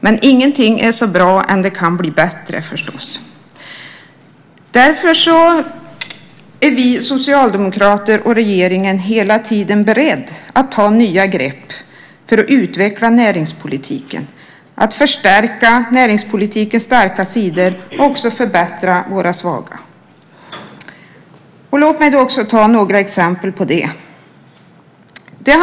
Men ingenting är förstås så bra att det inte kan bli bättre. Därför är vi socialdemokrater och regeringen hela tiden beredda att ta nya grepp för att utveckla näringspolitiken, förstärka näringspolitikens starka sidor och också förbättra våra svaga. Låt mig då ge några exempel på det.